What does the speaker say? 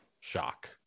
shock